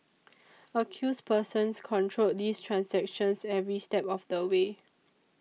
accused persons controlled these transactions every step of the way